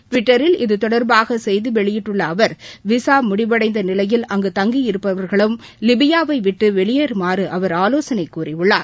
டிவிட்டரில் இது தொடர்பாகசெய்திவெளியிட்டுள்ளஅவர் விசாமுடிவடைந்தநிலையில் அங்கு தங்கியிருப்பவர்களும் லிபியாவைவிட்டுவெளியேறமாறுஅவர் ஆலோசனைகூறியுள்ளார்